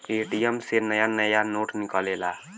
ATM से नया नया नोट निकलेला